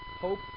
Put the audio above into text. hope